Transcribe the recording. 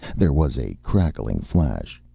there was a crackling flash.